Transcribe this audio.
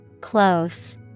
Close